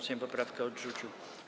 Sejm poprawkę odrzucił.